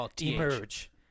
emerge